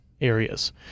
areas